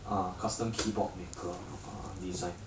ah custom keyboard maker ah design